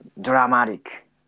dramatic